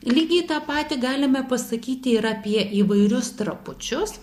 lygiai tą patį galime pasakyti ir apie įvairius trapučius